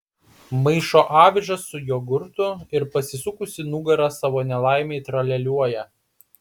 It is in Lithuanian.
maišo avižas su jogurtu ir pasisukusi nugara savo nelaimei tralialiuoja